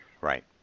Right